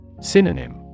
Synonym